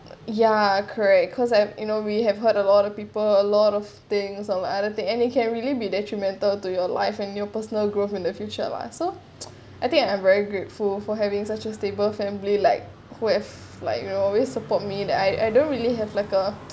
ya correct cause I'm you know we have heard a lot of people a lot of things and other thing and you can really be detrimental to your life and new personal growth in the future lah so I think I am very grateful for having such a stable family like who have like you know always support me that I I don't really have like a